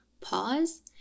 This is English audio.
pause